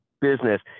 business